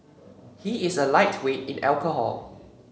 he is a lightweight in alcohol